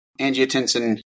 angiotensin